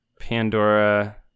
pandora